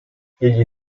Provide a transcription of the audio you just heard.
egli